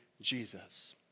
Jesus